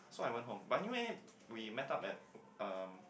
so I went home but anywhere we met up at um